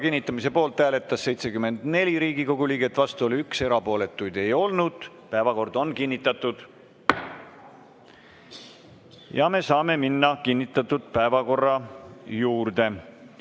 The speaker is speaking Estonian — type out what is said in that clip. Päevakord on kinnitatud. Me saame minna kinnitatud päevakorra juurde.